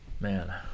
Man